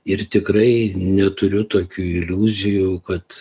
ir tikrai neturiu tokių iliuzijų kad